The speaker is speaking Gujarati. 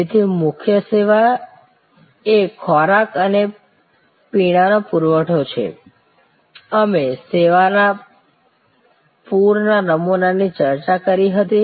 તેથી મુખ્ય સેવા એ ખોરાક અને પીણાનો પુરવઠો છે અમે સેવાના પૂરા નમૂના ની ચર્ચા કરી હતી